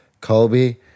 Colby